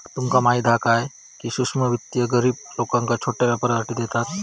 तुमका माहीत हा काय, की सूक्ष्म वित्त गरीब लोकांका छोट्या व्यापारासाठी देतत